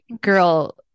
girl